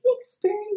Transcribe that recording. experience